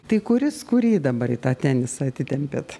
tai kuris kurį dabar į tą tenisą atitempėt